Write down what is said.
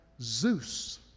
Zeus